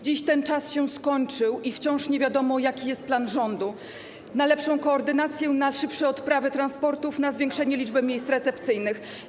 Dziś ten czas się skończył i wciąż nie wiadomo, jaki jest plan rządu na lepszą koordynację, na szybsze odprawy transportów, na zwiększenie liczby miejsc recepcyjnych.